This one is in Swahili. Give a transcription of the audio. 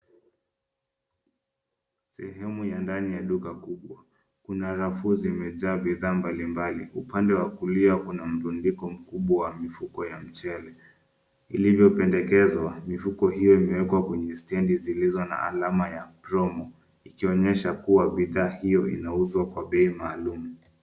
Sehemu ya ndani ya duka kubwa. Kuna rafu zimejaa bidhaa mbalimbali, upande wa kulia kuna mrundiko mkubwa wa mifuko ya michele. Ilivyopendekezwa mifuko hiyo imewekwa kwenye stendi zilizo na alama ya promo ikionyesha kuwa bidhaa hiyo inauzwa kwa bei maalum.